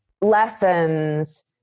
lessons